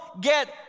get